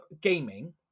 gaming